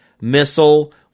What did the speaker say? missile